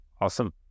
Awesome